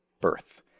birth